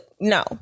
No